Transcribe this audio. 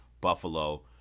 Buffalo